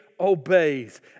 obeys